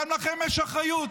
גם לכם יש אחריות,